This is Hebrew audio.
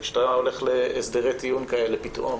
כשאתה הולך להסדרי טיעון כאלה פתאום